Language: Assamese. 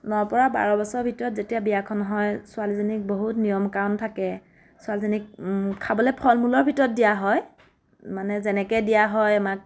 ন ৰ পৰা বাৰ বছৰৰ ভিতৰত যেতিয়া বিয়াখন হয় ছোৱালীজনীক বহুত নিয়ম কাৱন থাকে ছোৱালীজনীক খাবলে ফল মূলৰ ভিতৰত দিয়া হয় মানে যেনেকে দিয়া হয় আমাক